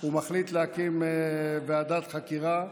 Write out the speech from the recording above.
הוא מחליט להקים ועדת חקירה.